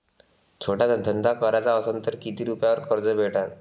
छोटा धंदा कराचा असन तर किती रुप्यावर कर्ज भेटन?